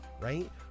right